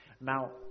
Now